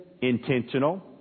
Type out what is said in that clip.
Intentional